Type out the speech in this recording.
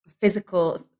physical